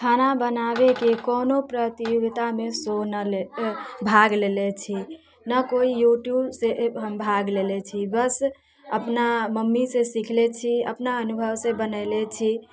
खाना बनाबैके कोनो प्रतियोगितामे सोनल भाग लेने छी ने कोइ यूट्यूबसँ हम भाग लेने छी बस अपना मम्मीसँ सिखले छी अपना अनुभवसँ बनैले छी